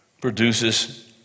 produces